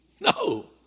no